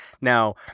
Now